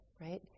right